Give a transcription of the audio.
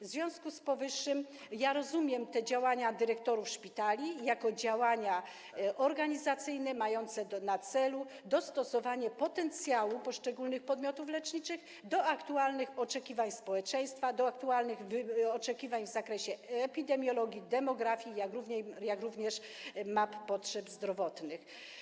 W związku z powyższym rozumiem, że te działania dyrektorów szpitali są działaniami organizacyjnymi mającymi na celu dostosowanie potencjału poszczególnych podmiotów leczniczych do aktualnych oczekiwań społeczeństwa, do aktualnych oczekiwań w zakresie epidemiologii, demografii, jak również map potrzeb zdrowotnych.